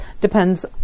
Depends